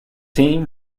team